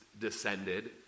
descended